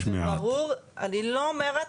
אני לא אומרת,